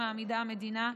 שמעמידה המדינה,